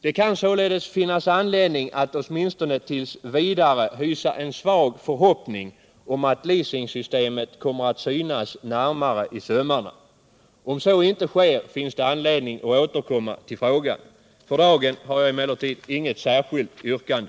Det kan således finnas anledning att åtminstone t. v. hysa en svag förhoppning om att leasingsystemet kommer att närmare synas i sömmarna. Om så inte sker finns det anledning att återkomma till frågan. För dagen har jag emellertid inget särskilt yrkande.